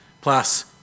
plus